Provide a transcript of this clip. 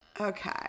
Okay